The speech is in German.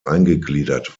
eingegliedert